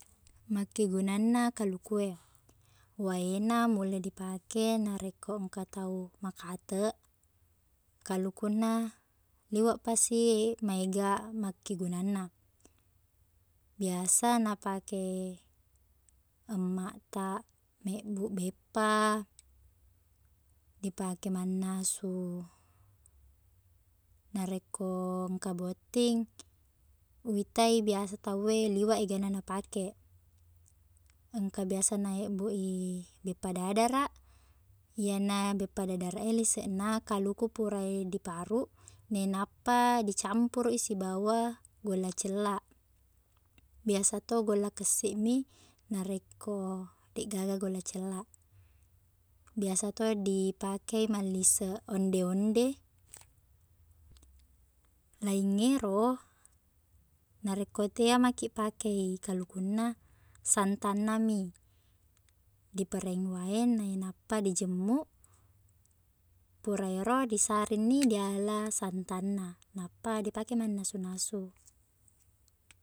Makkegunanna kaluku e uwaena mulle dipake narekko engka tau makateq kalukunna liweqpesi e- maega makkegunanna biasa napake emmaqta mebbuq beppa li pake mannasu narekko engka botting uwitai biasa tau e liweq egana na pake engka biasa naebbui beppa dadara iyena beppa dadara e liseqna kaluku pura e diparuk nainappa dicampuruq i sibawa golla cella biasa to golla kessi mi narekko deqgaga golla cella biasa to dipake malliseq onde-onde laingngero narekko tea maki pake i kalukunna santanna mi dipereng wae nainappa dijemmu pura ero disaring ni diala santanna nappa dipake mannasu-nasu